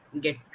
get